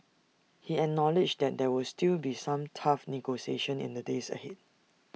he acknowledged there would still be some tough negotiations in the days ahead